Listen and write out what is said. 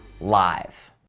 live